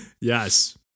Yes